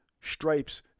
stripes